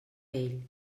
ell